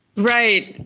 right,